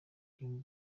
dream